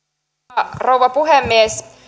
arvoisa rouva puhemies